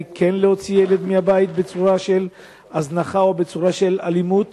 כן להוציא ילד בעקבות צורה של הזנחה או צורה של אלימות